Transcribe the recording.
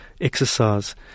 exercise